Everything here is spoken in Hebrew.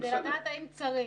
כדי לדעת האם צריך.